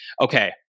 okay